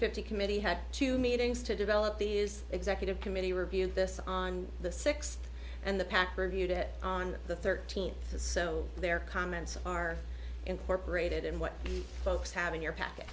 ity committee had two meetings to develop these executive committee review this on the sixth and the pact reviewed it on the thirteenth so their comments are incorporated in what folks have in your pack